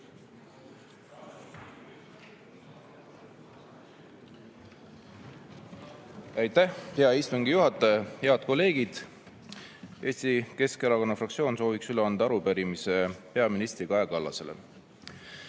Aitäh, hea istungi juhataja! Head kolleegid! Eesti Keskerakonna fraktsioon soovib üle anda arupärimise peaminister Kaja Kallasele.